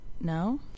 no